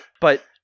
But-